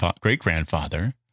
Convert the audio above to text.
great-grandfather